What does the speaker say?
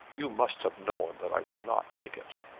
you must have known that i would not take it.